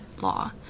law